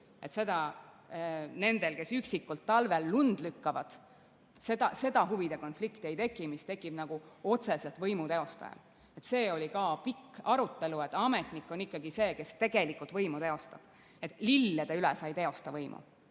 ei teki. Nendel, kes üksikult talvel lund lükkavad, seda huvide konflikti ei teki, mis tekib otseselt võimu teostajal. See oli ka pikk arutelu, et ametnik on ikkagi see, kes tegelikult võimu teostab. Lille üle sa ei teosta võimu.